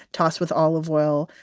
tossed with olive oil,